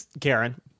Karen